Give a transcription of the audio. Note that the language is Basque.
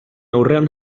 aurrean